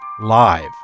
live